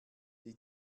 die